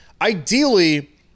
Ideally